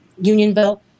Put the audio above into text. Unionville